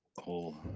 whole